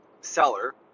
seller